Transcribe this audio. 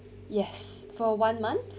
yes for one month